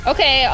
Okay